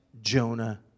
Jonah